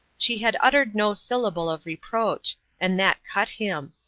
she had uttered no syllable of reproach and that cut him.